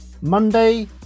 Monday